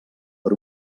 per